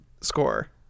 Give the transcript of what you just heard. score